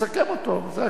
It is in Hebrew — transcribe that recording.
זה הכול.